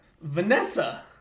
Vanessa